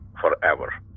forever